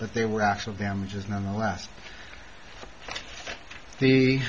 but they were actual damages nonetheless